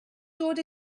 dod